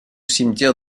cimetière